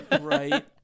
Right